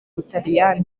butaliyani